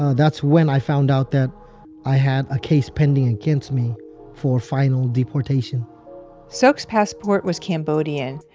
that's when i found out that i had a case pending against me for final deportation sok's passport was cambodian,